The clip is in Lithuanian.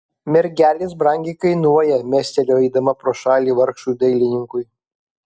mergelės brangiai kainuoja mestelėjo eidama pro šalį vargšui dailininkui